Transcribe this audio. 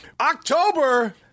October